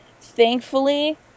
Thankfully